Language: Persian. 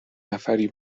نفری